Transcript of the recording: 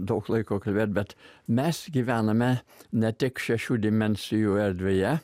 daug laiko kalbėt bet mes gyvename ne tik šešių dimensijų erdvėje